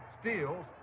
steals